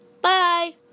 Bye